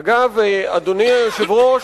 אגב, אדוני היושב-ראש,